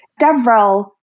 Devrel